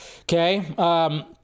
okay